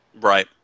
Right